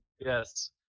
Yes